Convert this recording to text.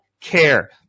care